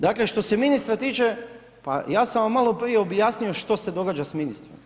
Dakle što se ministra tiče, pa ja sam vam maloprije objasnio što se događa s ministrom.